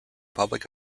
public